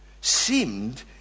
seemed